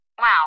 Wow